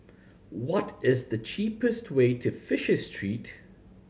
what is the cheapest way to Fisher Street